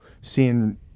seeing